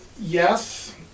yes